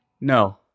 No